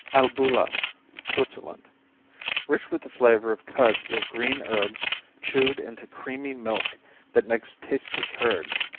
albula switzerland rich with the flavor of cuds of green herbs chewed into creamy milk that makes tasty curds.